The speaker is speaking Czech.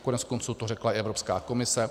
Koneckonců to řekla i Evropská komise.